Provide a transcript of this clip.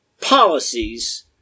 policies